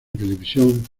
televisión